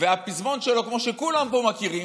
והפזמון שלו, כמו שכולם פה מכירים,